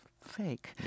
fake